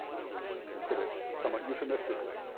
if we can put it somewhat euphemistically.